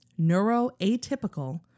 neuroatypical